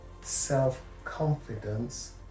self-confidence